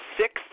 six